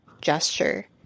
gesture